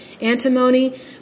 antimony